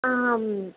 आम्